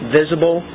visible